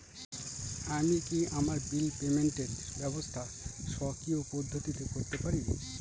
আমি কি আমার বিল পেমেন্টের ব্যবস্থা স্বকীয় পদ্ধতিতে করতে পারি?